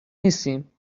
نیستیم